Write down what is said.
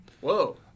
Whoa